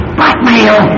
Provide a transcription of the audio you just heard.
blackmail